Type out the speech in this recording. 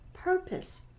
Purpose